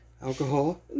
Alcohol